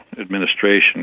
administration